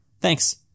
thanks